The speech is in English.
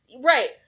Right